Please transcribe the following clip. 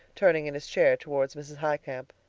turning in his chair toward mrs. highcamp.